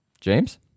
James